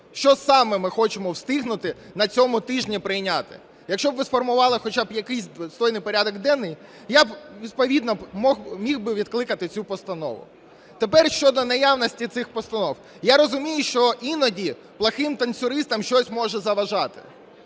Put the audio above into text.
Що саме ми хочемо встигнути на цьому тижні прийняти? Якщо б ви сформували хоча б якийсь достойний порядок денний, я б відповідно міг би відкликати цю постанову. Тепер щодо наявності цих постанов. Я розумію, що іноді плохим танцюристам щось може заважати.